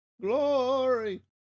Glory